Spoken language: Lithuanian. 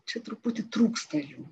čia truputį trūksta jų